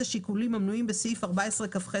את השיקולים המנויים בסעיף 14כח(ב).